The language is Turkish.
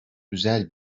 güzel